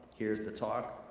here's the talk,